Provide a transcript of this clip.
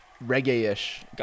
reggae-ish